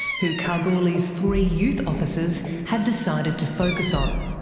who kalgoorlie's three youth officers had decided to focus on.